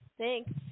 Thanks